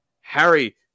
Harry